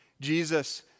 Jesus